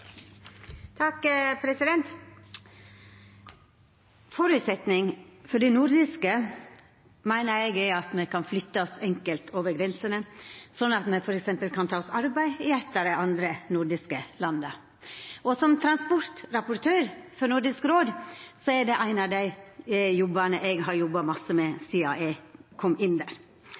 at me kan flytta oss enkelt over grensene, slik at me f.eks. kan ta oss arbeid i eit av dei andre nordiske landa. Som transportrapportør for Nordisk råd er det ein av dei tinga eg har jobba mykje med sidan eg kom inn der.